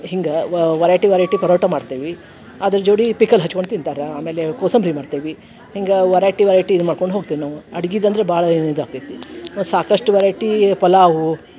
ಹಿಂಗೆ variety variety paratha ಮಾಡ್ತೇವೆ ಅದರ ಜೋಡಿ ಪಿಕಲ್ ಹಚ್ಕೊಂಡು ತಿಂತಾರೆ ಆಮೇಲೆ ಕೋಸಂಬರಿ ಮಾಡ್ತೇವೆ ಹಿಂಗೆ ವರೈಟಿ ವರೈಟಿ ಇದು ಮಾಡ್ಕೊಂಡು ಹೋಗ್ತೇವೆ ನಾವು ಅಡ್ಗಿದು ಅಂದರೆ ಭಾಳ ಇದು ಆಗ್ತೈತಿ ಸಾಕಷ್ಟು ವೆರೈಟಿ ಪಲಾವು